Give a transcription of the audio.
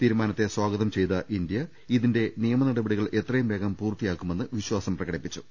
തീരുമാനത്തെ സ്ഥാഗതം ചെയ്ത ഇന്ത്യ ഇതിന്റെ നിയമ നട പടികൾ എത്രയും വേഗം പൂർത്തിയാക്കുമെന്ന് വിശ്വാസം പ്രകടിപ്പി ച്ചു